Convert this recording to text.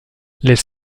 les